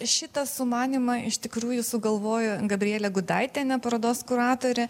šitą sumanymą iš tikrųjų sugalvojo gabrielė gudaitienė parodos kuratorė